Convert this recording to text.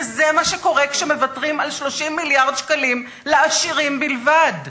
וזה מה שקורה כשמוותרים על 30 מיליארד שקלים לעשירים בלבד.